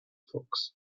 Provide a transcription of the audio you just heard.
fox